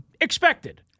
Expected